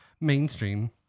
mainstream